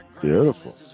Beautiful